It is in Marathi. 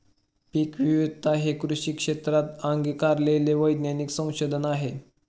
पीकविविधता हे कृषी क्षेत्रात अंगीकारलेले वैज्ञानिक संशोधन आहे